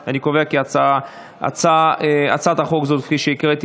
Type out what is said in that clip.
אני קובע כי הצעת חוק זו, תוסיף אותי.